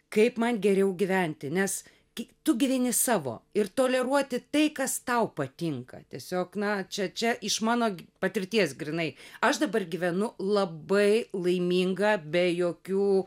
kaip man geriau gyventi nes kai tu gyveni savo ir toleruoti tai kas tau patinka tiesiog na čia čia iš mano patirties grynai aš dabar gyvenu labai laiminga be jokių